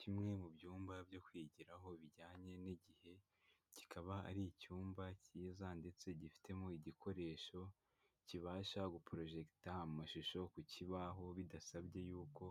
Kimwe mu byumba byo kwigiraho bijyanye n'igihe, kikaba ari icyumba cyiza ndetse gifitemo igikoresho kibasha guporojegita amashusho ku kibaho bidasabye y'uko